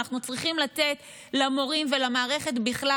אנחנו צריכים לתת למורים ולמערכת בכלל